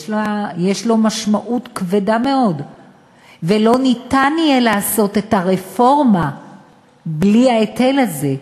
יש לו משמעות כבדה מאוד ולא יהיה אפשר לעשות את הרפורמה בלי ההיטל הזה,